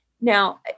Now